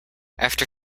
after